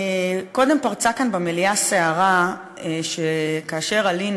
קודם פרצה כאן במליאה סערה כאשר עלינו,